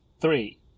three